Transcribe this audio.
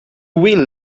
will